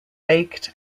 baked